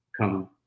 come